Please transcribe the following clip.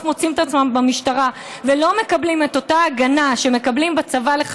הם מוצאים את עצמם במשטרה ולא מקבלים את אותה הגנה שמקבלים חיילים בצבא.